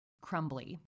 crumbly